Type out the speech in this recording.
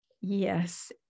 yes